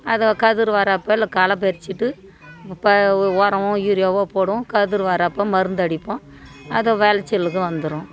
அதை கதிரு வரப்போ இல்லை களை பறித்துட்டு இப்போ ஒ உரம் யூரியாவோ போடுவோம் கதிரு வரப்போ மருந்து அடிப்போம் அதை விளச்சலுக்கும் வந்துடும்